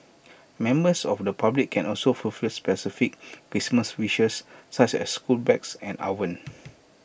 members of the public can also fulfil specific Christmas wishes such as school bags and ovens